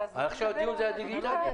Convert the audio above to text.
עכשיו הדיון הוא על הדיגיטלי.